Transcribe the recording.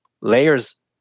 layers